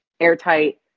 airtight